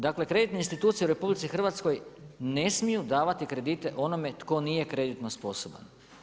Dakle kreditne institucije u RH ne smiju davati kredite onome tko nije kreditno sposoban.